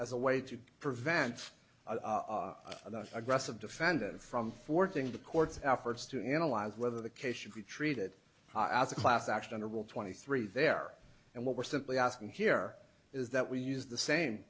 as a way to prevent aggressive defendant from forcing the court's efforts to analyze whether the case should be treated as a class action or will twenty three there and what we're simply asking here is that we use the same